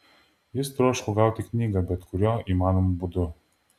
jis troško gauti knygą bet kuriuo įmanomu būdu